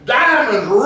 diamonds